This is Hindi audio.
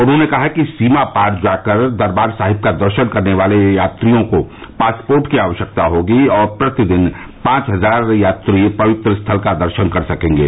उन्होंने कहा कि सीमा पार जाकर दरबार साहिब का दर्शन करने वाले यात्रियों को पासपोर्ट की आवश्यकता होगी और प्रतिदिन पांच हजार यात्री पवित्र स्थल का दर्शन कर सकेंगे